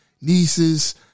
nieces